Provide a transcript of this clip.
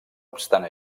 obstant